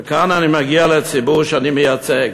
כאן אני מגיע לציבור שאני מייצג.